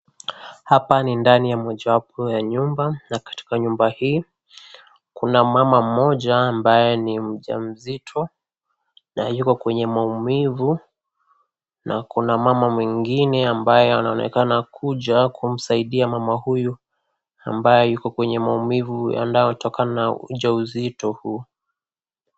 Hapa ni ndani ya mojawapo ya nyumba na katika nyumba hii, kuna mama mmoja ambaye ni mjamzito na yuko kwenye maumivu na kuna mama mwengine ambaye anaonekana kuja kumsaidia mama huyu ambaye yuko maumivu yanayotokana na ujauzito huu.